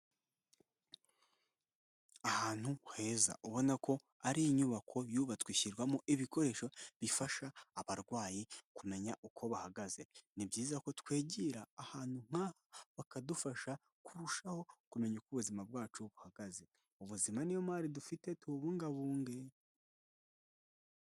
Ahantu heza ubona ko ari inyubako yubatswe ishyirwamo ibikoresho bifasha abarwayi kumenya uko bahagaze. Ni byiza ko twegera ahantu nk'aha bakadufasha kurushaho kumenya uko ubuzima bwacu buhagaze. Ubuzima niyo mari dufite tububungabunge.